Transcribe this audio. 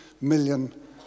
million